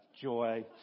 Joy